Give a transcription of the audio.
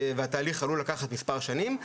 התהליך עלול לקחת מספר שנים,